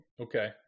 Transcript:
Okay